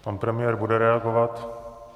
Pan premiér bude reagovat?